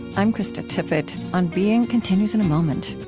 i'm krista tippett. on being continues in a moment